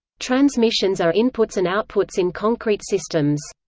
transmissions are inputs and outputs in concrete systems.